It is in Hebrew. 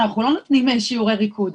אנחנו לא נותנים שיעורי ריקוד,